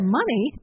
money